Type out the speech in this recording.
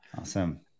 Awesome